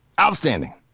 Outstanding